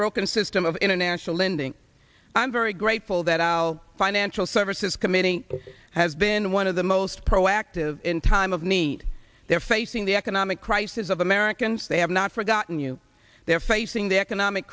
broken system of international lending i'm very grateful that al financial services committee has been one of the most proactive in time of need there facing the economic crisis of americans they have not forgotten you they're facing the economic